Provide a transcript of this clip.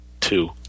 two